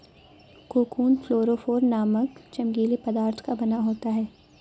cocoon fluorophore नामक चमकीले पदार्थ का बना होता है